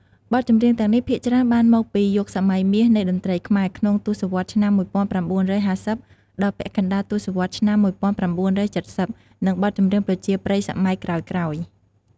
បទចម្រៀងទាំងនេះភាគច្រើនបានមកពីយុគសម័យមាសនៃតន្ត្រីខ្មែរ ក្នុងទសវត្សរ៍ឆ្នាំ ១៩៥០ ដល់ពាក់កណ្តាលទសវត្សរ៍ឆ្នាំ ១៩៧០ និងបទចម្រៀងប្រជាប្រិយសម័យក្រោយៗ។